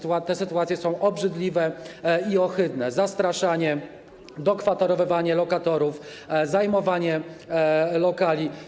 Te sytuacje są obrzydliwe i ohydne - zastraszanie, dokwaterowywanie lokatorów, zajmowanie lokali.